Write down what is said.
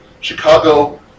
Chicago